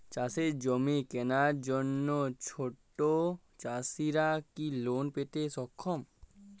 চাষের জমি কেনার জন্য ছোট চাষীরা কি লোন পেতে সক্ষম?